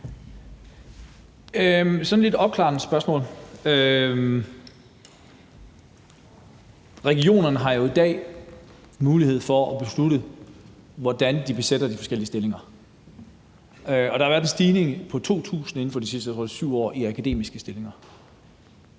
sådan et lidt opklarende spørgsmål. Regionerne har jo i dag mulighed for at beslutte, hvordan de besætter de forskellige stillinger. Der har været en stigning på 2.000 i akademiske stillinger